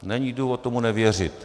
Není důvod tomu nevěřit.